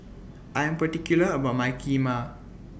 I Am particular about My Kheema